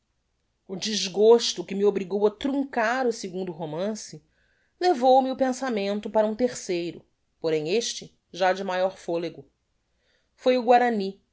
o desgosto que me obrigou a truncar o segundo romance levou-me o pensamento para um terceiro porem este já de maior folego foi o guarany